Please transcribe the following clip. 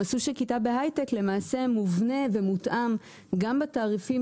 המסלול של כיתה בהייטק למעשה מובנה ומותאם גם בתעריפים